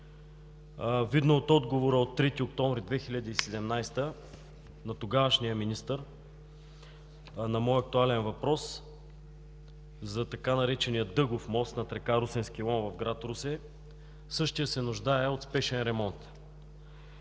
Видно от отговора от 3 октомври 2017 г. на тогавашния министър на моя актуален въпрос за така наречения „Дъгов мост“ над река Русенски лом в град Русе същият се нуждае от спешен ремонт.